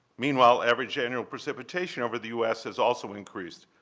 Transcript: meanwhile, average annual precipitation over the u s. has also increased,